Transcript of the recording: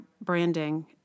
branding